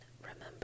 remember